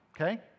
okay